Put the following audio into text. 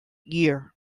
year